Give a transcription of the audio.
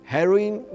Heroin